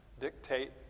dictate